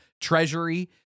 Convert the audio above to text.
treasury